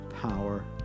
power